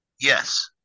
Yes